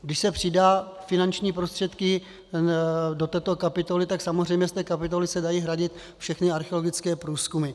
Když se přidají finanční prostředky do této kapitoly, tak samozřejmě z té kapitoly se dají hradit všechny archeologické průzkumy.